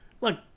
Look